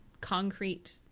concrete